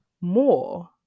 more